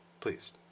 please